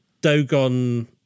Dogon